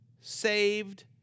saved